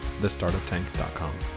thestartuptank.com